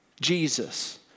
Jesus